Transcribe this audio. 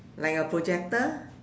like a projector